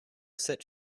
sit